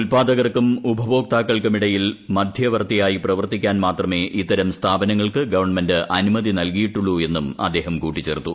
ഉൽപ്പാദകർക്കും ഉപഭോക്താക്കൾക്കും ഇടയിൽ മധ്യവർത്തിയായി പ്രവർത്തിക്കാൻ മാത്രമേ ഇത്തരം സ്ഥാപനങ്ങൾക്ക് ഗവൺമെന്റ് അനുമത്രി നൽകിയിട്ടുള്ളൂ എന്നും അദ്ദേഹം കൂട്ടിച്ചേർത്തു